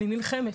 אני נלחמת.